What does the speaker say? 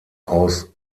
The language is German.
aus